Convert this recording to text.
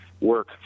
work